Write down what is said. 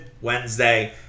Wednesday